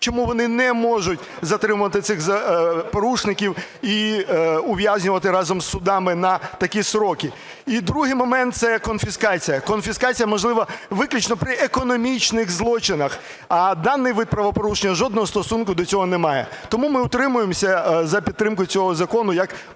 чому вони не можуть затримувати цих порушників і ув'язнювати разом з судами на такі строки. І другий момент – це конфіскація. Конфіскація можлива виключно при економічних злочинах. А даний вид правопорушення жодного стосунку до цього не має. Тому ми утримуємося за підтримку цього закону як просто